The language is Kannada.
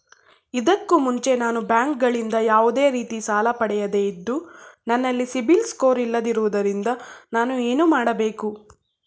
ಇದಕ್ಕೂ ಮುಂಚೆ ನಾನು ಬ್ಯಾಂಕ್ ಗಳಿಂದ ಯಾವುದೇ ರೀತಿ ಸಾಲ ಪಡೆಯದೇ ಇದ್ದು, ನನಲ್ಲಿ ಸಿಬಿಲ್ ಸ್ಕೋರ್ ಇಲ್ಲದಿರುವುದರಿಂದ ನಾನು ಏನು ಮಾಡಬೇಕು?